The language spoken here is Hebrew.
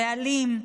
בעלים,